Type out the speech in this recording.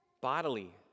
bodily